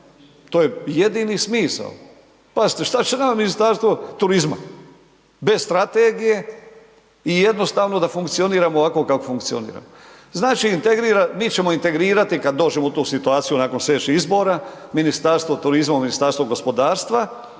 to je jedini smisao. Pazite šta će nama Ministarstvo turizma bez strategije i jednostavno da funkcioniramo ovako kako funkcioniramo. Znači, mi ćemo integrirati kad dođemo u tu situaciju nakon slijedećih izbora Ministarstvo turizma u Ministarstvo gospodarstva